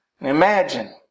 Imagine